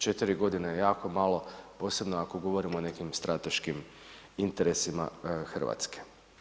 4 g. je jako malo osobno ako govorimo o nekim strateškim interesima Hrvatske.